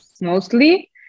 mostly